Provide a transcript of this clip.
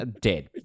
dead